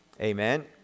Amen